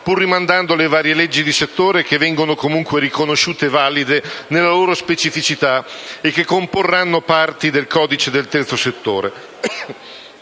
pur rimandando alle varie leggi di settore, che vengono comunque riconosciute valide nella loro specificità e che comporranno parti del codice del terzo settore.